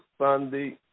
Sunday